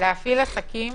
להפעיל עסקים